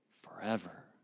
forever